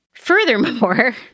Furthermore